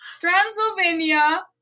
Transylvania